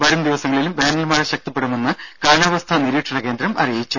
വരുംദിവസങ്ങളിലും വേനൽമഴ ശക്തിപ്പെടുമെന്ന് കാലാവസ്ഥാ നിരീക്ഷണ കേന്ദ്രം അറിയിച്ചു